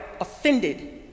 offended